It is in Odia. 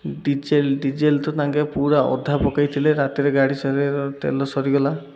ଡିଜେଲ ଡିଜେଲ ତ ତାଙ୍କେ ପୁରା ଅଧା ପକାଇ ଥିଲେ ରାତିରେ ଗାଡ଼ି ସରିର ତେଲ ସରିଗଲା